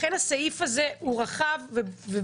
לכן הסעיף הזה רחב בכוונה,